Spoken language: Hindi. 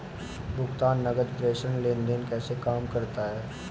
भुगतान नकद प्रेषण लेनदेन कैसे काम करता है?